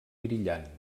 brillant